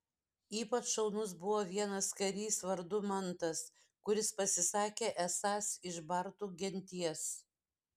ypač šaunus buvo vienas karys vardu mantas kuris pasisakė esąs iš bartų genties